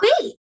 Wait